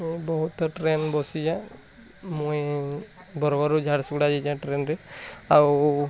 ମୁଁ ବହୁତ ଥର ଟ୍ରେନ୍ ବସି ଯାଏ ମୁଇଁ ବରଗଡ଼ରୁ ଝାରସୁଗୁଡ଼ା ଯାଇଛି ଟ୍ରେନ୍ରେ ଆଉ